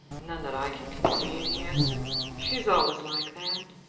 none that i can conceive, he answered. she is always like that.